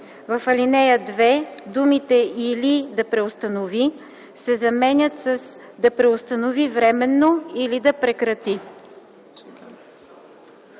В ал. 2 думите „или да преустанови” се заменят с „да преустанови временно или да прекрати”.”